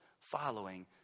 following